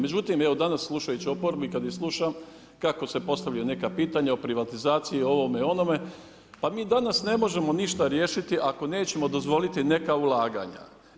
Međutim, evo danas slušajući oporbu i kad ih slušam kako se postavljaju neka pitanja o privatizaciji, o ovome, onome, pa mi danas ne možemo ništa riješiti ako nećemo dozvoliti neka ulaganja.